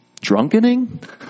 Drunkening